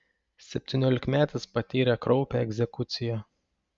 septyniolikmetis patyrė kraupią egzekuciją